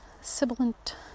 sibilant